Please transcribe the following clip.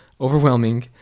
overwhelming